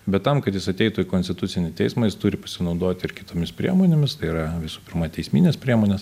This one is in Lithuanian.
bet tam kad jis ateitų į konstitucinį teismą jis turi pasinaudoti ir kitomis priemonėmis tai yra visų pirma teisminės priemonės